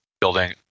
building